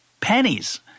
pennies